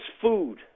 food